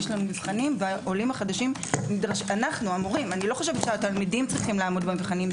יש מבחנים ואנו המורים לא חושבת שהתלמידים צריכים לעמוד במבחנים.